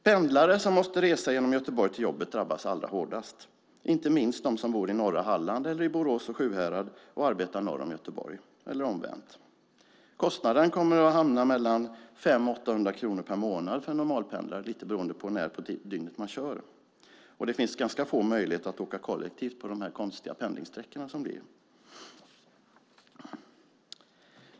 Pendlare som måste resa genom Göteborg till jobbet drabbas allra hårdast, inte minst de som bor i norra Halland eller i Borås/Sjuhärad och som arbetar norr om Göteborg eller omvänt. Kostnaden kommer att hamna på mellan 500 och 800 kronor per månad för en normalpendlare, lite beroende på när på dygnet man kör. Det kommer att finnas ganska få möjligheter att åka kollektivt på dessa konstiga pendlingssträckor.